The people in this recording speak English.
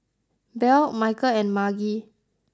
Belle Michael and Margy